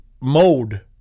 mode